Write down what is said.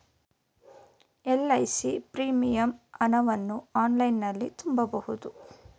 LIC premium ಹಣವನ್ನು ಆನ್ಲೈನಲ್ಲಿ ತುಂಬಬಹುದು